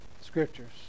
Scriptures